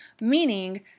Meaning